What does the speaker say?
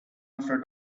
after